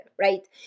right